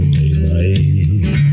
daylight